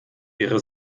ihre